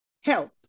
health